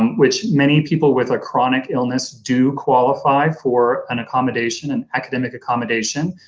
which many people with a chronic illness do qualify for an accommodation, an academic accommodation,